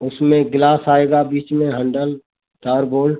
उसमें ग्लास आएगा बीच में हैंडल चार बोल्ट